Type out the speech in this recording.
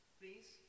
please